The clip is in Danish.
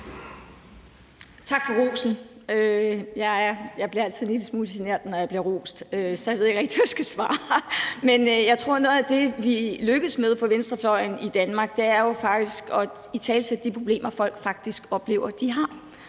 Tak for rosen. Jeg bliver altid en lille smule genert, når jeg bliver rost, så jeg ved ikke rigtig, hvad jeg skal svare. Men jeg tror, at noget af det, vi lykkes med på venstrefløjen i Danmark, jo er at italesætte de problemer, folk faktisk oplever de har.